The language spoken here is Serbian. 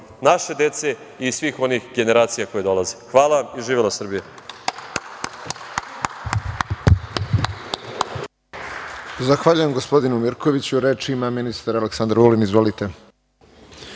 naše dece i svih onih generacija koje dolaze. Hvala vam i živela Srbija!